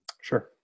Sure